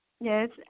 yes